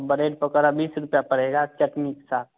buried pakora बीस रुपये पड़ेगा चटनी के साथ